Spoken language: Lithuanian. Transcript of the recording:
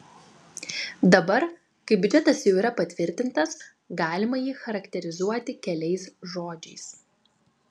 dabar kai biudžetas jau yra patvirtintas galima jį charakterizuoti keliais žodžiais